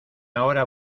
ahora